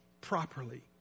properly